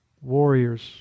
warriors